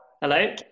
Hello